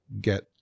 get